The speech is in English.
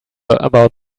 about